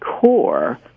core